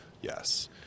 Yes